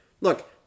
look